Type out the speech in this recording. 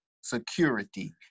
security